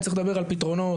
צריך לדבר על פתרונות.